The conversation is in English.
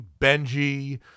Benji